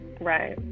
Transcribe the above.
right